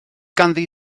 ganddi